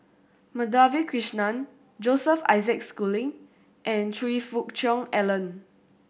Madhavi Krishnan Joseph Isaac Schooling and Choe Fook Cheong Alan